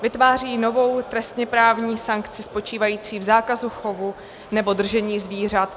Vytváří novou trestněprávní sankci spočívající v zákazu chovu nebo držení zvířat.